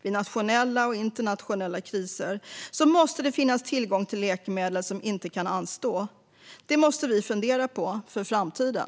Vid nationella och internationella kriser måste det finnas tillgång till läkemedel som inte kan anstå. Detta måste vi fundera på för framtiden.